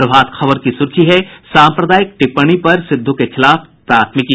प्रभात खबर की सूर्खी है साम्प्रदायिक टिप्पणी पर सिद्धू के खिलाफ प्राथमिकी